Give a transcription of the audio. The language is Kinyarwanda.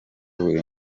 buri